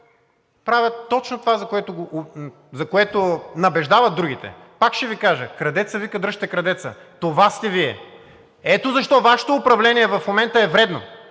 правят точно това, за което набеждават другите! Пак ще Ви кажа: „Крадецът вика: дръжте крадеца!“, това сте Вие! Ето защо Вашето управление в момента е вредно,